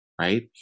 right